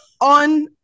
on